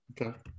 Okay